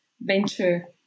venture